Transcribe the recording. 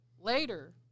later